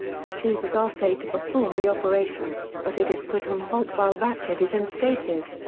he chooses arcee to perform the operation, but it is put on halt while ratchet is in stasis,